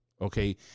Okay